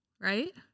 right